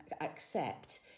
accept